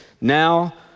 now